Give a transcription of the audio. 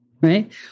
right